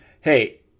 Hey